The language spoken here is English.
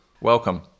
Welcome